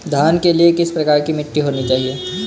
धान के लिए किस प्रकार की मिट्टी होनी चाहिए?